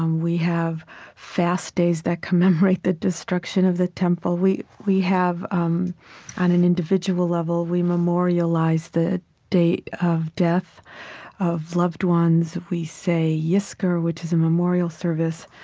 and we have fast days that commemorate the destruction of the temple. we we have um on an individual level, we memorialize the date of death of loved ones. we say yizkor, which is a memorial service